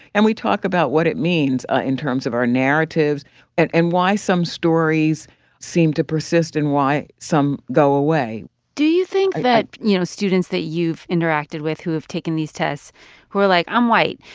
and we talk about what it means ah in terms of our narratives and and why some stories seem to persist and why some go away do you think that, you know, students that you've interacted with who have taken these tests who are like, i'm white,